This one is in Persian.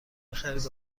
میخرید